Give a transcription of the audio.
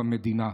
במדינה,